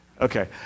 okay